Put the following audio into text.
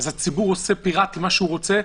הציבור עושה פיראט מה שהוא עושה,